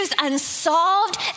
unsolved